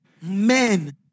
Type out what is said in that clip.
men